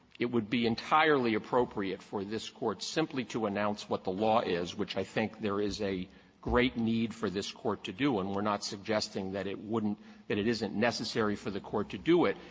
it would be entirely appropriate for this court simply to announce what the law is, which i think there is a great need for this court to do. and we're not suggesting that it wouldn't that it isn't necessary for the court to do it.